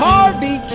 Harvey